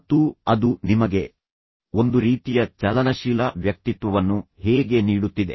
ಮತ್ತು ಅದು ನಿಮಗೆ ಒಂದು ರೀತಿಯ ಚಲನಶೀಲ ವ್ಯಕ್ತಿತ್ವವನ್ನು ಹೇಗೆ ನೀಡುತ್ತಿದೆ